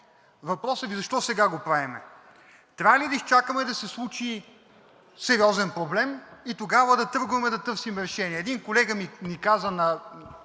въпросът Ви защо сега го правим? Трябва ли да изчакаме да се случи сериозен проблем и тогава да тръгваме да търсим решение? Един колега ни каза в